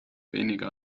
weniger